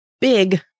big